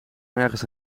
ergens